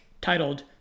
titled